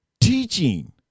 Teaching